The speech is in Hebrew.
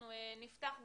אנחנו נפתח,